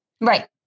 right